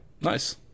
Nice